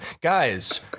guys